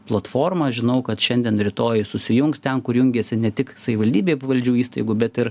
platforma žinau kad šiandien rytoj susijungs ten kur jungiasi ne tik savivaldybei pavaldžių įstaigų bet ir